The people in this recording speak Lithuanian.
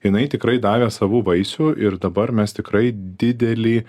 jinai tikrai davė savų vaisių ir dabar mes tikrai didelį